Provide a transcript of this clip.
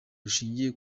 rushingiye